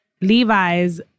Levi's